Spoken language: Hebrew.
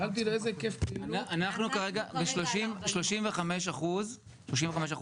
שאלתי לאיזה היקף פעילות --- אנחנו כרגע ב-35% ביוני.